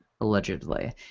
allegedly